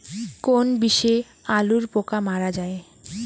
কোন বিষে আলুর পোকা মারা যায়?